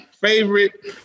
favorite